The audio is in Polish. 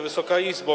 Wysoka Izbo!